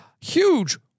huge